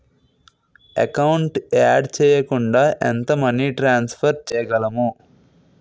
Account add చేయకుండా ఎంత money transfer చేయగలము?